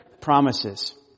promises